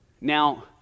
Now